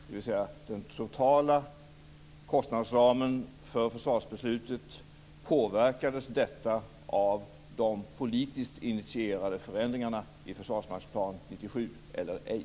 Påverkades den totala kostnadsramen för försvarsbeslutet av de politiskt initierade förändringarna i Försvarsmaktsplan 97 eller ej?